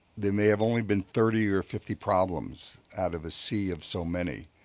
there may have only been thirty or fifty problems out of a sea of so many,